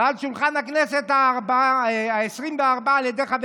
ועל שולחן הכנסת העשרים-וארבע על ידי חבר